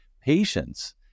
patience